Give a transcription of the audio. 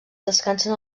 descansen